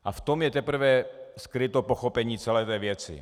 A v tom je teprve skryto pochopení celé té věci.